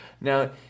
Now